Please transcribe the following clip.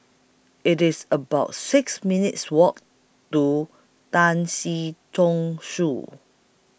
IT IS about six minutes' Walk to Tan Si Chong Su